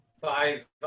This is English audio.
five